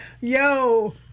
yo